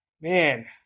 Man